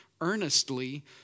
earnestly